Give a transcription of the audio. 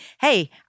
hey